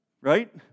Right